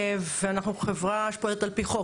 ואנחנו חברה שפועלת על פי חוק.